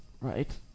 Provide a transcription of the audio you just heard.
Right